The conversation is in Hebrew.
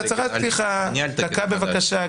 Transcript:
זה הצהרת פתיחה, דקה בבקשה.